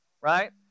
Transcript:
right